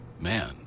man